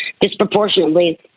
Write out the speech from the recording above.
disproportionately